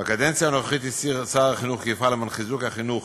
בקדנציה הנוכחית הצהיר שר החינוך כי יפעל למען חיזוק החינוך